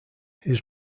his